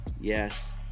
yes